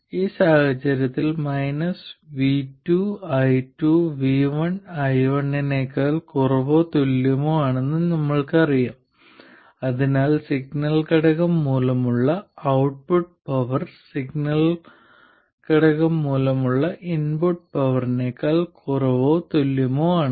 ഈ സാഹചര്യത്തിൽ minus v2 i2 v1 i1 നേക്കാൾ കുറവോ തുല്യമോ ആണെന്ന് ഞങ്ങൾക്കറിയാം അതിനാൽ സിഗ്നൽ ഘടകം മൂലമുള്ള ഔട്ട്പുട്ട് പവർ സിഗ്നൽ ഘടകം മൂലമുള്ള ഇൻപുട്ട് പവറിനേക്കാൾ കുറവോ തുല്യമോ ആണ്